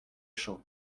champ